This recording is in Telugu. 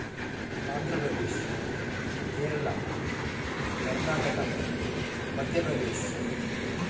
ఆంధ్రప్రదేశ్ కేరళ కర్ణాటక మధ్యప్రదేశ్